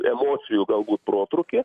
emocijų galbūt protrūkį